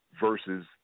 versus